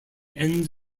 end